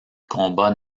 combat